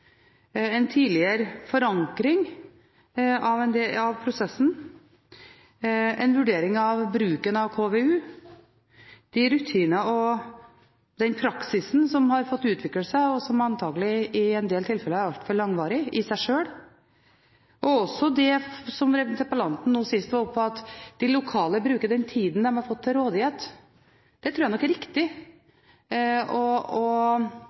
en tidligere forankring av prosessen, en vurdering av bruken av KVU, de rutinene og den praksisen som har fått utvikle seg – og som antagelig i en del tilfeller er altfor langvarig i seg sjøl – og også det som interpellanten nå sist var inne på, nemlig at de lokale bruker den tiden de har fått til rådighet. Det tror jeg nok er riktig, og der er det kanskje også et potensial. Men det som først og